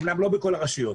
אמנם לא בכל הרשויות,